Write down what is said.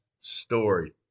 story